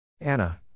Anna